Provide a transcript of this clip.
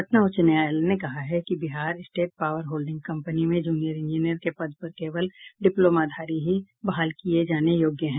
पटना उच्च न्यायालय ने कहा है कि Bihar state power holding company में जूनियर इंजीनियर के पद पर केवल डिप्लोमाधारी ही बहाल किये जाने योग्य हैं